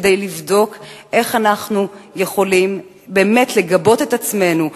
כדי לבדוק איך אנחנו יכולים באמת לגבות את עצמנו,